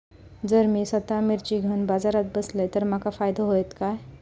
जर मी स्वतः मिर्ची घेवून बाजारात बसलय तर माका फायदो होयत काय?